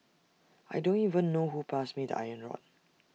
I don't even know who passed me the iron rod